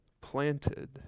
planted